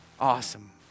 Awesome